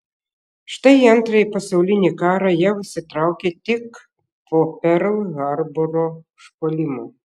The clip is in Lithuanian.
štai į antrąjį pasaulinį karą jav įsitraukė tik po perl harboro užpuolimo